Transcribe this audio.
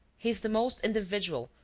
he is the most individual,